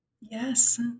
Yes